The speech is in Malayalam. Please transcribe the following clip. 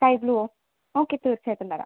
സ്കൈ ബ്ലൂവോ ഓക്കെ തീർച്ചയായിട്ടും തരാം